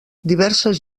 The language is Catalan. diverses